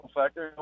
factor